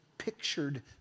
pictured